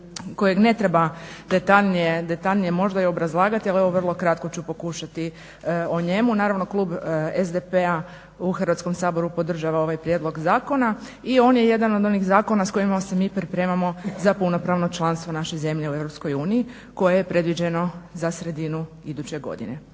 kojeg ne treba detaljnije možda i obrazlagati ali evo vrlo kratko ću pokušati o njemu. Naravno klub SDP-a u Hrvatskom saboru podržava ovaj prijedlog zakona i on je jedan od onih zakona s kojima se mi pripremamo za punopravno članstvo naše zemlje u Europskoj uniji koje je predviđeno za sredinu iduće godine.